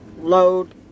load